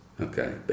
Okay